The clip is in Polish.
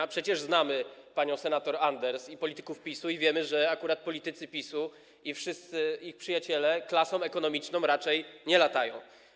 A przecież znamy panią senator Anders i polityków PiS-u i wiemy, że akurat politycy PiS-u i wszyscy ich przyjaciele klasą ekonomiczną raczej nie latają.